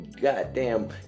goddamn